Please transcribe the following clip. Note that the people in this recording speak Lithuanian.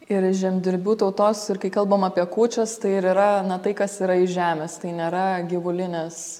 ir žemdirbių tautos ir kai kalbam apie kūčias tai ir yra na tai kas yra iš žemės tai nėra gyvulinės